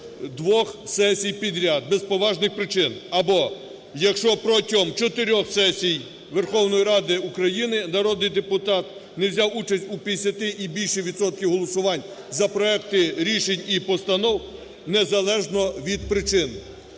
двох сесій підряд без поважних причин або якщо протягом чотирьох сесій Верховної Ради України народний депутат не взяв участь у п'ятдесяти і більше відсотках голосувань за проекти рішень і постанов, незалежно від причин.